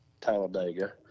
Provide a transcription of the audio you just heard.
Talladega